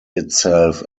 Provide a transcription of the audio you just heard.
itself